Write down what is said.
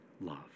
love